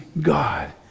God